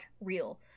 real